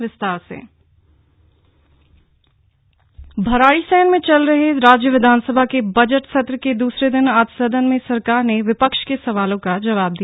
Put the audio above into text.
budget सत्र भराड़ीसैंण में चल रहे राज्य विधानसभा के बजट सत्र के दुसरे दिन आज सदन में सरकार ने विपक्ष के सवालों का जवाब दिया